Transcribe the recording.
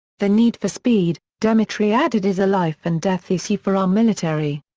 the need for speed, demitry added is a life-and-death issue for our military.